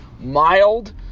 mild